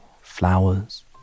flowers